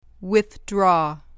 Withdraw